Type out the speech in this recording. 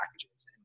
packages